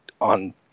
on